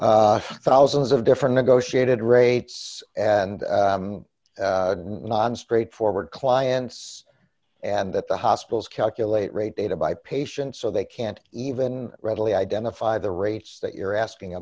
thousands of different negotiated rates and non straightforward clients and that the hospitals calculate rate data by patients so they can't even readily identify the rates that you're asking